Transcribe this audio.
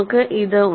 നമുക്ക് ഇത് ഉണ്ട്